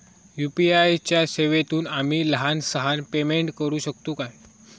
UPI च्या सेवेतून आम्ही लहान सहान पेमेंट करू शकतू काय?